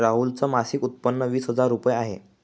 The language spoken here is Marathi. राहुल च मासिक उत्पन्न वीस हजार रुपये आहे